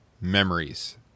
memories